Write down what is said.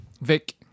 Vic